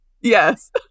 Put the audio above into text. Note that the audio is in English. Yes